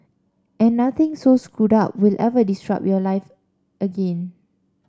and nothing so screwed up will ever disrupt your life again